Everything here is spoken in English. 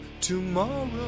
Tomorrow